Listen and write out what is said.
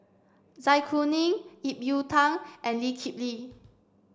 Zai Kuning Ip Yiu Tung and Lee Kip Lee